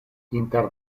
inter